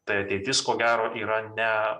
tai ateitis ko gero yra ne